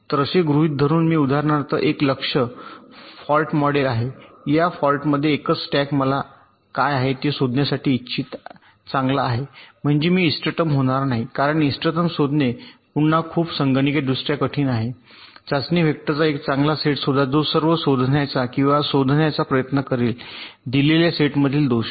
तर असे गृहीत धरून मी उदाहरणार्थ एक लक्ष्य फॉल्ट मॉडेल आहे फॉल्टमध्ये एकच स्टॅक मला काय आहे ते शोधण्यासाठी इच्छित चांगला आहे म्हणजे मी इष्टतम होणार नाही कारण इष्टतम संगणकीयदृष्ट्या शोधणे पुन्हा खूप कठीण आहे चाचणी वेक्टरचा एक चांगला सेट शोधा जो सर्व शोधण्याचा किंवा शोधण्याचा प्रयत्न करेल दिलेल्या सेटमधील दोष